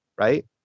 Right